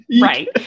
Right